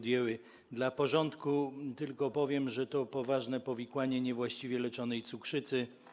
Dla porządku tylko powiem, że to poważne powikłanie niewłaściwie leczonej cukrzycy.